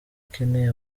ikeneye